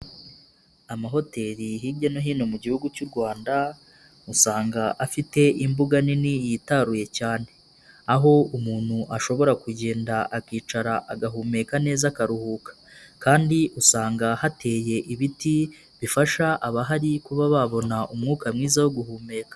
Amahoteli hirya no hino mu gihugu cy'u Rwanda usanga afite imbuga nini yitaruye cyane, aho umuntu ashobora kugenda akicara agahumeka neza akaruhuka kandi usanga hateye ibiti bifasha abahari kuba babona umwuka mwiza wo guhumeka.